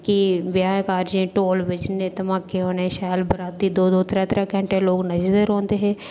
के ब्याह् कारज़ें च ढोल बज्जने ते धमाके होने शैल बराती दौं दौं त्रैऽ त्रैऽ घैंटे तोड़ी नच्चदे रौंहदे हे